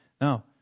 Now